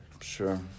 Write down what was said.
Sure